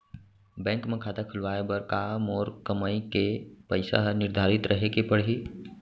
Bank म खाता खुलवाये बर का मोर कमाई के पइसा ह निर्धारित रहे के पड़ही?